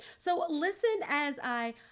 so listen, as i,